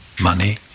money